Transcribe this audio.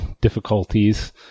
difficulties